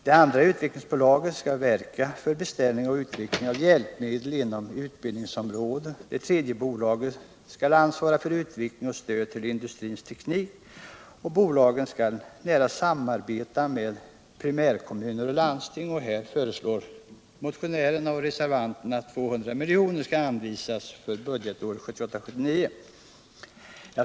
Det andra utvecklingsbolaget skall verka för beställning och utveckling av hjälpmedel inom utbildningsområdet. Det tredje bolaget skall ansvara för utveckling och stöd till industrins teknik. Bolagen skall nära samarbeta med primärkommuner och landsting. Motionärerna och reservanterna föreslår att 200 milj.kr. skall anvisas för budgetåret 1978/79.